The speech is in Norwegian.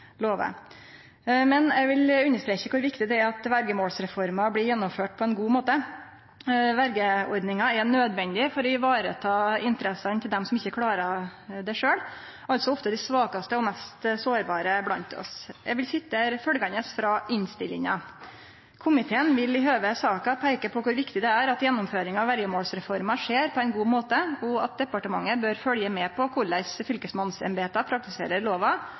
Men eg vil understreke kor viktig det er at verjemålsreforma blir gjennomført på ein god måte. Verjeordninga er nødvendig for å vareta interessene til dei som ikkje klarer det sjølve, altså ofte dei svakaste og mest sårbare blant oss. Eg vil sitere følgjande frå innstillinga: «Komiteen vil i høve saka peike på kor viktig det er at gjennomføringa av verjemålsreforma skjer på ein god måte, og at departementet bør følgje med på korleis fylkesmannsembeta praktiserer lova